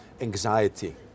anxiety